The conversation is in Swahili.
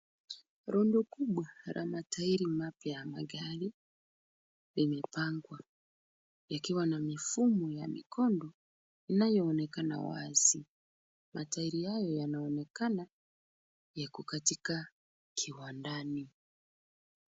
Rundo kubwa la matairi mapya ya magari limepangwa yakiwa na mifumo ya mikondo inayoonekana wazi. Matairi hayo yanaonekana yako katika kiwandani.